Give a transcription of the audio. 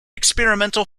experimental